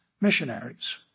missionaries